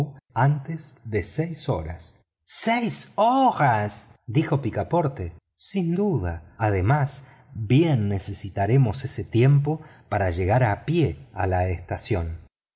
antes de seis horas seis horas dijo picaporte sin duda además bien necesitaremos ese tiempo para llegar a pie a la estación